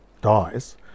dies